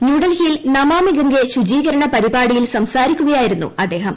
ന്യൂഡൽഹിയിൽ നമാമി ഗംഗെ ശുചീകരണ പരിപാടിയിൽ സംസാരിക്കുകയായിരുന്നു അദ്ദേഹം